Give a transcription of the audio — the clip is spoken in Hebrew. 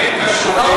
כן קשובים, אבל פה,